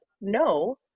no